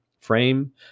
Frame